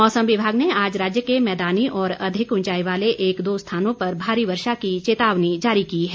मौसम विभाग ने आज राज्य के मैदानी और अधिक ऊंचाई वाले एक दो स्थानों पर भारी वर्षा की चेतावनी जारी की है